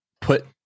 put